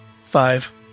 Five